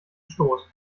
schoß